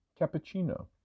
cappuccino